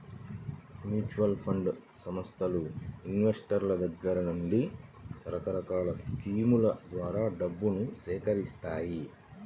mutual fund సంస్థలు ఇన్వెస్టర్ల దగ్గర నుండి రకరకాల స్కీముల ద్వారా డబ్బును సేకరిత్తాయి